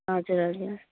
हजुर हजुर